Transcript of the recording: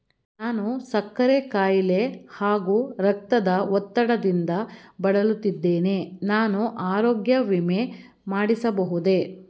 ನಾನು ಸಕ್ಕರೆ ಖಾಯಿಲೆ ಹಾಗೂ ರಕ್ತದ ಒತ್ತಡದಿಂದ ಬಳಲುತ್ತಿದ್ದೇನೆ ನಾನು ಆರೋಗ್ಯ ವಿಮೆ ಮಾಡಿಸಬಹುದೇ?